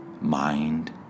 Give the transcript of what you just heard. mind